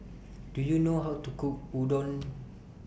Do YOU know How to Cook Udon